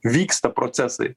vyksta procesai